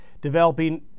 developing